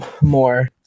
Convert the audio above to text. more